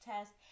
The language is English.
test